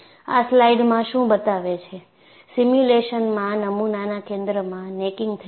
આ સ્લાઇડમાં શું બતાવે છે સિમ્યુલેશનમાં નમૂનાના કેન્દ્રમાં નેકીંગ થયું છે